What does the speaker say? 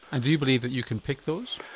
and do you believe that you can pick those?